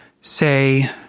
say